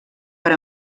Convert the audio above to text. per